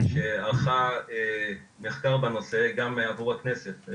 שערכה מחקר בנושא, גם עבור הכנסת.